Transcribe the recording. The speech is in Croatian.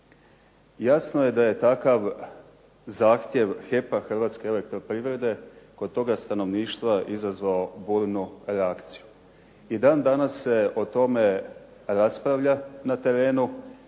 Jasno je da je takav zahtjev HEP-a, Hrvatske elektroprivrede kod toga stanovništva izazvao burnu reakciju. I dan danas se o tome raspravlja na terenu